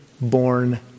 born